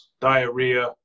diarrhea